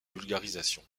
vulgarisation